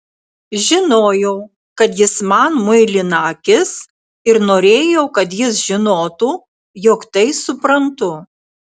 žinojau kad jis man muilina akis ir norėjau kad jis žinotų jog tai suprantu